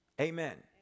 Amen